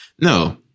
No